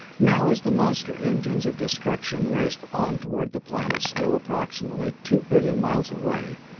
now, as the monster engines of destruction raced on toward the planets still approximately two billion miles away,